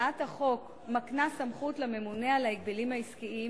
הצעת החוק מקנה סמכות לממונה על ההגבלים העסקיים